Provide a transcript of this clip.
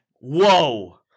Whoa